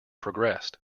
progressed